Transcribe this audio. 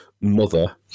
mother